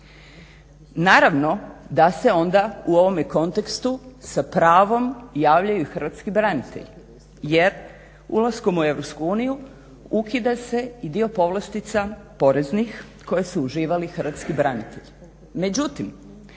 Naravno da se onda u ovome kontekstu sa pravom javljaju i hrvatski branitelji jer ulaskom u Europsku uniju ukida se i dio povlastica poreznih koje su uživali hrvatski branitelji.